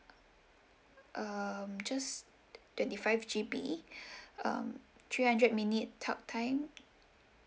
um just twenty five G_B um three hundred minute talk time